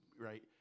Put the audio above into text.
right